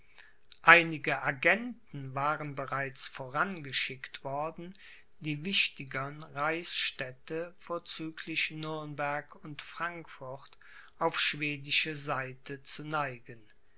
einige agenten waren bereits vorangeschickt worden die wichtigern reichsstädte vorzüglich nürnberg und frankfurt auf schwedische seite zu neigen